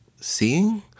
seeing